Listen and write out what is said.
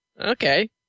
Okay